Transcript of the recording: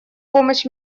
помощь